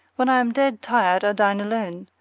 when i am dead tired i dine alone,